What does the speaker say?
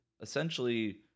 essentially